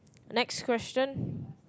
next question